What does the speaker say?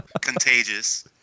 Contagious